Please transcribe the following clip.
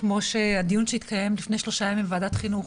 כמו הדיון שהתקיים לפני שלושה ימים בוועדת החינוך,